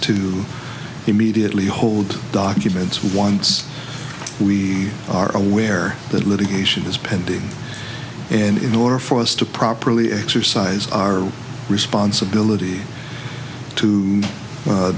to immediately hold documents once we are aware that litigation is pending and in order for us to properly exercise our responsibility to